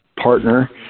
partner